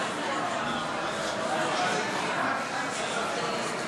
אלהרר וקבוצת חברי כנסת: בעד החוק 53,